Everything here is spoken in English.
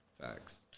Facts